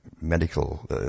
medical